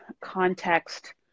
context